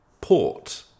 port